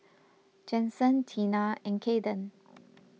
Jensen Teena and Caiden